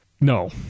No